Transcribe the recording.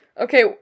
Okay